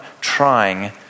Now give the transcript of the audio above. trying